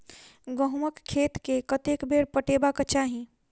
गहुंमक खेत केँ कतेक बेर पटेबाक चाहि?